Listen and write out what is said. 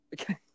okay